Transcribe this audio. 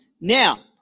Now